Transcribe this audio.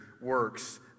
works